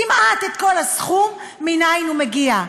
כמעט את כל הסכום, מנין הוא מגיע,